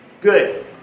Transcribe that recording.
Good